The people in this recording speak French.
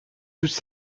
toutes